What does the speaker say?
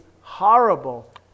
horrible